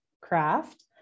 craft